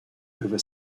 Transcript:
over